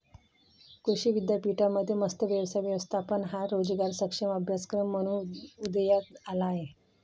कृषी विद्यापीठांमध्ये मत्स्य व्यवसाय व्यवस्थापन हा रोजगारक्षम अभ्यासक्रम म्हणून उदयास आला आहे